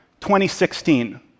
2016